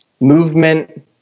movement